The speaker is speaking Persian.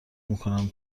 میکنم